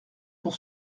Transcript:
pour